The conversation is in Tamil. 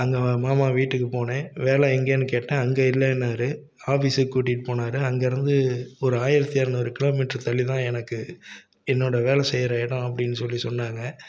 அங்கே மாமா வீட்டுக்கு போனேன் வேலை எங்கேன்னு கேட்டேன் அங்கே இல்லைன்னாரு ஆபிஸுக்கு கூட்டிகிட்டு போனார் அங்கேருந்து ஒரு ஆயிரத்தி இரநூறு கிலோமீட்ரு தள்ளிதான் எனக்கு என்னோடய வேலை செய்யற இடம் அப்படின்னு சொல்லி சொன்னாங்க